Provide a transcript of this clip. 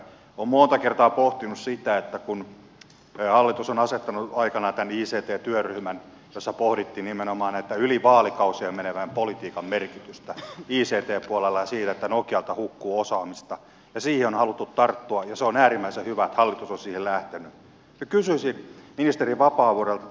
olen monta kertaa pohtinut sitä ja kun hallitus on asettanut aikanaan tämän ict työryhmän jossa pohdittiin nimenomaan yli vaalikausien menevän politiikan merkitystä ict puolella ja sitä että nokialta hukkuu osaamista ja siihen on haluttu tarttua ja se on äärimmäisen hyvä että hallitus on siihen lähtenyt niin kysyisin ministeri vapaavuorelta